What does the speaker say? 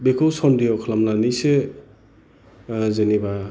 बेखौ सनदेह' खालामनानैसो जेनेबा